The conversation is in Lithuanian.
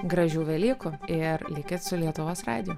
gražių velykų ir likit su lietuvos radiju